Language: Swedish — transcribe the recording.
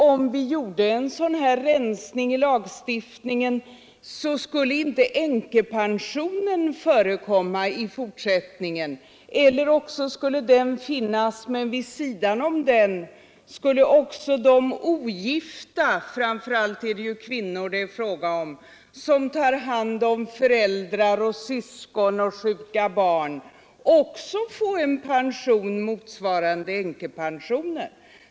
Om vi gjorde en rensning i lagstiftningen skulle inte änkepensionen förekomma i fortsättningen, eller också skulle den finnas kvar, men vid sidan om den skulle också ogifta som tar hand om föräldrar och syskon och sjuka barn få en pension motsvarande änkepensionen.